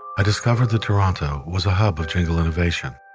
i discovered that toronto was a hub of jingle innovation.